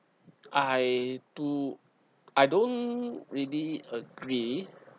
I do I don't really agree